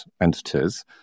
entities